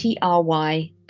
try